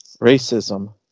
racism